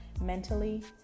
mentally